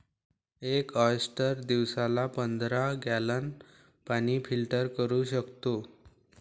एक ऑयस्टर दिवसाला पंधरा गॅलन पाणी फिल्टर करू शकतो